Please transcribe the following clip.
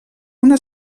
una